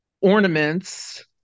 ornaments